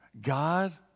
God